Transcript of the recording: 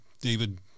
David